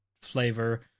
flavor